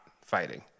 fighting